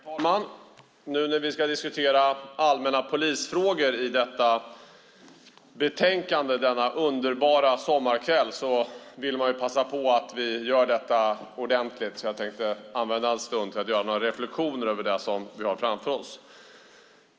Herr talman! Nu när vi ska diskutera allmänna polisfrågor i detta betänkande denna underbara sommarkväll får man passa på att göra det ordentligt, så jag tänkte använda en stund till att göra några reflexioner över det vi har framför oss.